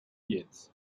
jetzt